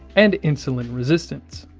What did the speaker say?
and insulin resistance.